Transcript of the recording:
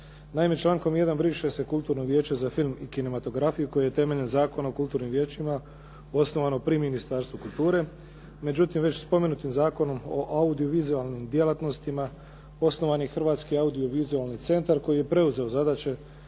Naime, člankom 1. briše se Kulturno vijeće za film i kinematografiju koje je temeljem Zakona o kulturnim vijećima osnovano pri Ministarstvu kulture. Međutim, već spomenutim Zakonom o audio-vizualnim djelatnostima osnovan je Hrvatski audio-vizualni centar koji je preuzeo zadaće